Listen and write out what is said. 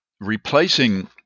replacing